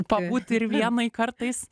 pabūti ir vienai kartais